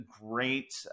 great